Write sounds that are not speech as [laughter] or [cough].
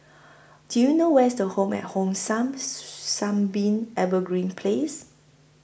Do YOU know Where IS The Home At Hong San [noise] Sunbeam Evergreen Place